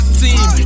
team